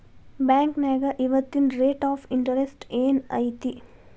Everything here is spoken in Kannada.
ಬಾಂಕ್ನ್ಯಾಗ ಇವತ್ತಿನ ರೇಟ್ ಆಫ್ ಇಂಟರೆಸ್ಟ್ ಏನ್ ಐತಿ